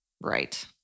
Right